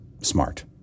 smart